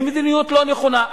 היא מדיניות לא נכונה.